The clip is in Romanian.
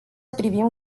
privim